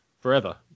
forever